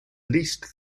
least